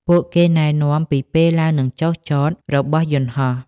ពួកគេណែនាំពីពេលឡើងនិងចុះចតរបស់យន្តហោះ។